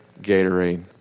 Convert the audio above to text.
Gatorade